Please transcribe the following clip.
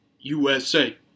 USA